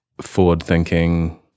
Forward-thinking